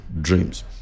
dreams